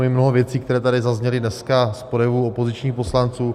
Je tam i mnoho věcí, které tady zazněly dneska z projevů opozičních poslanců.